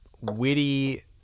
witty